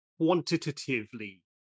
quantitatively